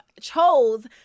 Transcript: chose